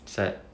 sad